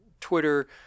Twitter